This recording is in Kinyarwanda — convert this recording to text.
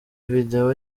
video